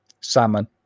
Salmon